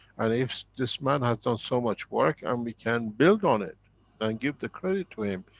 and if this man has done so much work and we can build on it and give the credit to him,